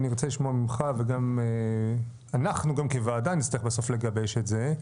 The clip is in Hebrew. אני ארצה לשמוע ממך וגם אנחנו גם כוועדה נצטרך בסוף לגבש את זה,